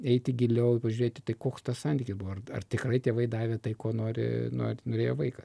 eiti giliau ir pažiūrėti koks tas santykis buvo ar ar tikrai tėvai davė tai ko nori na norėjo vaikas